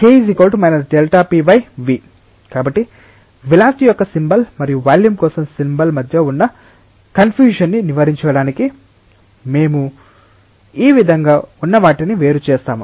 K Δ𝑝 ∀ కాబట్టివెలాసిటి యొక్క symbol మరియు వాల్యూమ్ కోసం సింబల్ మధ్య ఉన్న కన్ఫ్యుషన్ ని నివారించడానికి మేము ఈ విధంగా ఉన్నవాటిని వేరు చేస్తాము